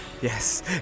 Yes